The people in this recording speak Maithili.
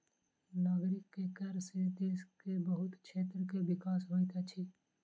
नागरिक के कर सॅ देश के बहुत क्षेत्र के विकास होइत अछि